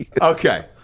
Okay